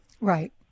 Right